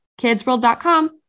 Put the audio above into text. KidsWorld.com